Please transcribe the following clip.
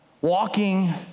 walking